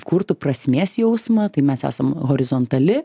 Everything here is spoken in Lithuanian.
kurtų prasmės jausmą tai mes esam horizontali